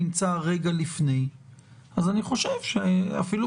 זה לא שאנחנו באים ומקדימים בזמן ארוך מראש ונותנים עכשיו לבני המשפחה